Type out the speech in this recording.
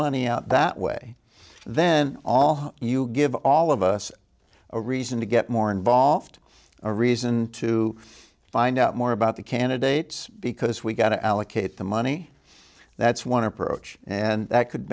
money out that way then all you give all of us a reason to get more involved a reason to find out more about the candidates because we got to allocate the money that's one approach and that could